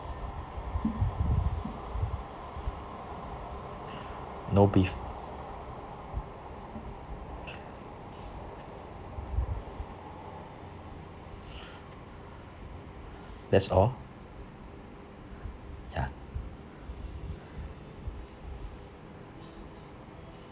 no beef that's all ya